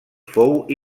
fou